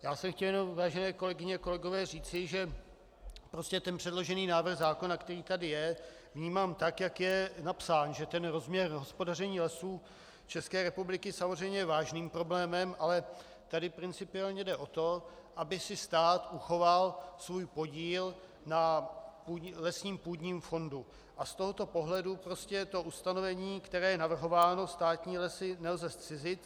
Já jsem chtěl jenom, vážené kolegyně a kolegové, říci, že předložený návrh zákona, který tady je, vnímám tak, jak je napsán, že rozměr hospodaření Lesů ČR samozřejmě je vážným problémem, ale tady principiálně jde o to, aby si stát uchoval svůj podíl na lesním půdním fondu, a z tohoto pohledu ustanovení, které je navrhováno státní lesy nelze zcizit;